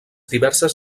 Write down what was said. diverses